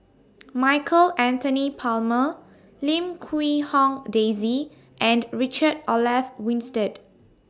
Michael Anthony Palmer Lim Quee Hong Daisy and Richard Olaf Winstedt